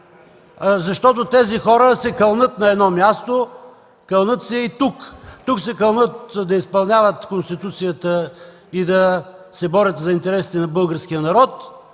защото тези хора се кълнат на едно място, кълнат се и тук. Тук се кълнат да изпълняват Конституцията и да се борят за интересите на българския народ,